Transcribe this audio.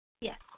Yes